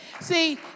See